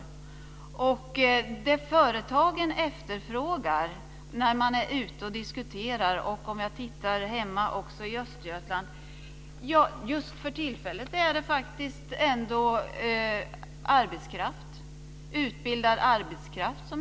Det som man hör att företagen efterfrågar när man är ute och diskuterar, och det gäller också hemma i Östergötland, är för tillfället faktiskt utbildad arbetskraft.